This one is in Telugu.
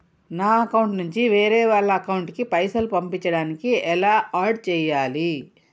నా అకౌంట్ నుంచి వేరే వాళ్ల అకౌంట్ కి పైసలు పంపించడానికి ఎలా ఆడ్ చేయాలి?